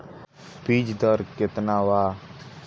बीज दर केतना वा?